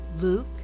Luke